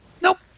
Nope